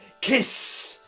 Kiss